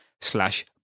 slash